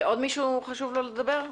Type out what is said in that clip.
לעוד מישהו חשוב לדבר?